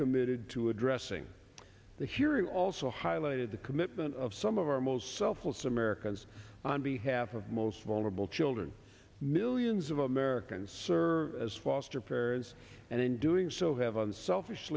committed to addressing the hearing also highlighted the commitment of some of our most selfless americans on behalf of most vulnerable children millions of americans serve as foster parents and in doing so have unselfish